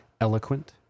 Eloquent